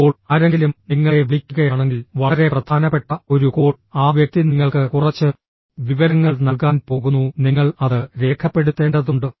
ഇപ്പോൾ ആരെങ്കിലും നിങ്ങളെ വിളിക്കുകയാണെങ്കിൽ വളരെ പ്രധാനപ്പെട്ട ഒരു കോൾ ആ വ്യക്തി നിങ്ങൾക്ക് കുറച്ച് വിവരങ്ങൾ നൽകാൻ പോകുന്നു നിങ്ങൾ അത് രേഖപ്പെടുത്തേണ്ടതുണ്ട്